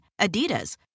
Adidas